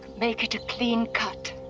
make it a clean cut.